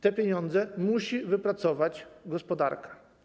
Te pieniądze musi wypracować gospodarka.